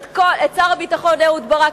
את שר הביטחון אהוד ברק,